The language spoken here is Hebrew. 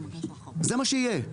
זה מה שיהיה.